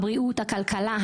הבריאות והכלכלה.